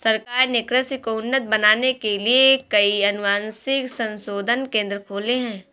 सरकार ने कृषि को उन्नत बनाने के लिए कई अनुवांशिक संशोधन केंद्र खोले हैं